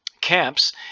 camps